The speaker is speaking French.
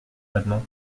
maintenant